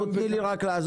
ואולי גם דקה ייפול